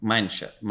Mindset